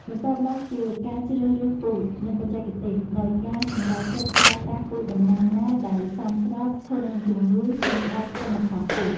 បន្ទាប់មកជាការជ្រើសរើសពូជ និងបច្ចេកទេស ដោយការសម្រេចចិត្តប្រើប្រាស់ពូជដំណាំណាដែលសមស្រប ធន់នឹងជំងឺ និងផ្តល់ទិន្នផលខ្ពស់។